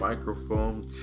Microphone